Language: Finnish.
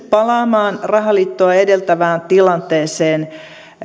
palaamaan rahaliittoa edeltävään tilanteeseen